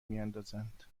میاندازند